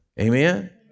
Amen